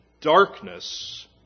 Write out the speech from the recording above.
darkness